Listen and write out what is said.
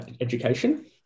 education